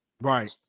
Right